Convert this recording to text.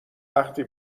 وقتی